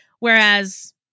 Whereas